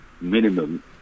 Minimum